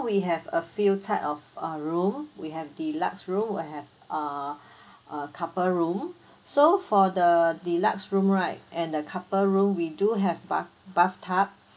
we have a few type of uh room we have deluxe room we have err uh couple room so for the deluxe room right and the couple room we do have bath~ bathtub